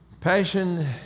Passion